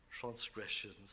transgressions